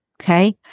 Okay